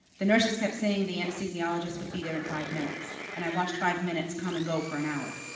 the nurses kept saying the anesthesiologist would be there in five minutes, and i watched five minutes come and go for an hour.